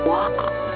Walk